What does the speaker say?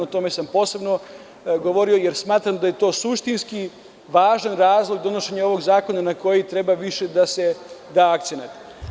O tome sam posebno govorio, jer smatram da je to suštinski važan razlog za donošenje ovog zakona, na koji treba više da se da akcenat.